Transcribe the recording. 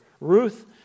Ruth